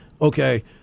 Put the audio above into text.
okay